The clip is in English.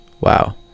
Wow